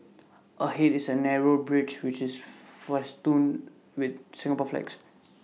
ahead is A narrow bridge which is festooned with Singapore flags